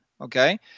Okay